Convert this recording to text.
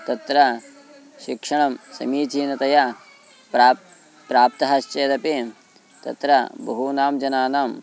तत्र शिक्षणं समीचीनतया प्राप्तं प्राप्तं चेदपि तत्र बहूनां जनानां